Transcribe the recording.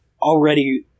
already